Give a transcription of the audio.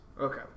Okay